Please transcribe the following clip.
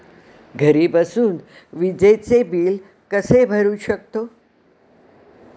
घरी बसून विजेचे बिल कसे भरू शकतो?